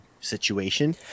situation